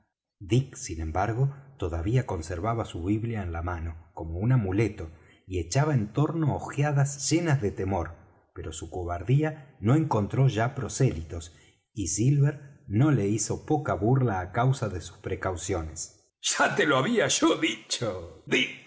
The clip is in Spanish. dick sin embargo todavía conservaba su biblia en la mano como un amuleto y echaba en torno ojeadas llenas de temor pero su cobardía no encontró ya prosélitos y silver no le hizo poca burla á causa de sus precauciones ya te lo había yo dicho dick